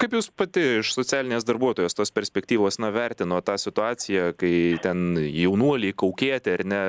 kaip jūs pati iš socialinės darbuotojos tos perspektyvos na vertinot tą situaciją kai ten jaunuoliai kaukėti ar ne